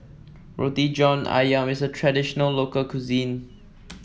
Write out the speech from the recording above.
Roti John ayam is a traditional local cuisine